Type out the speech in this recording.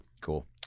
Cool